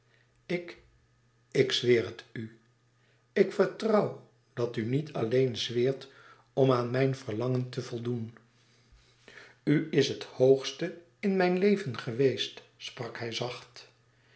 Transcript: ik ik zweer het u ik vertrouw dat u niet alleen zweert om aan mijn verlangen te voldoen u is het hoogste in mijn leven geweest sprak hij zacht